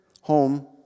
home